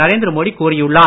நரேந்திர மோடி கூறியுள்ளார்